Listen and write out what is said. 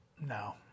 no